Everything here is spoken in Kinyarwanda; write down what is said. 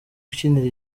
ukinira